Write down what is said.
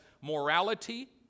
morality